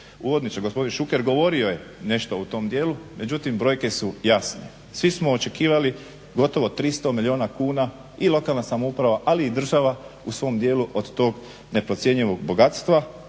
uvodničar gospodin Šuker govorio je nešto u tom dijelu, međutim brojke su jasne. Svi smo očekivali gotovo 300 milijuna kuna, i lokalna samouprava ali i država u svom dijelu od tog neprocjenjivog bogatstva